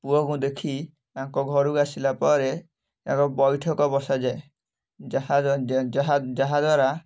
ପୁଅକୁ ଦେଖି ତାଙ୍କ ଘରୁ ଆସିଲା ପରେ ତାଙ୍କର ବୈଠକ ବସାଯାଏ ଯାହା ଯା ଯାହାଦ୍ଵାରା